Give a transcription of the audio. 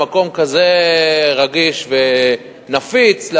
במקום כזה רגיש ונפיץ,